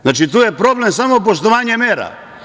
Znači, tu je problem samo poštovanje mera.